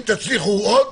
אם תצליחו עוד,